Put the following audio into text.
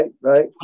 Right